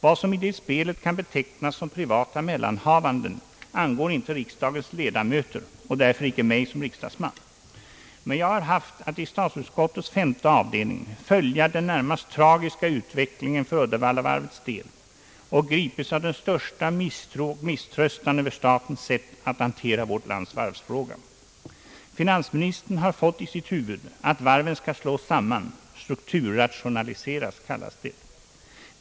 Vad som i det spelet kan betecknas som privata mellanhavanden angår inte riksdagens ledamöter och därför icke mig som riksdagsman. Men jag har haft att i statsutskottets femte avdelning följa den närmast tragiska utvecklingen för Uddevallavarvet och gripits av den största misstro och misströstan över statens sätt att hantera vårt lands varvsfråga. Finansministern har fått i sitt huvud, att varven skall slås samman — strukturrationaliseras, kallas det.